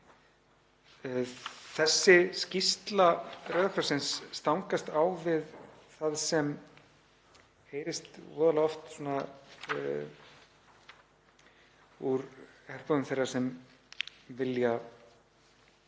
Þessi skýrsla Rauða krossins stangast á við það sem heyrist voðalega oft úr herbúðum þeirra sem vilja